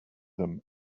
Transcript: them